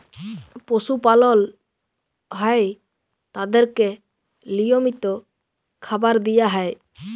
পশু পালল হ্যয় তাদেরকে লিয়মিত খাবার দিয়া হ্যয়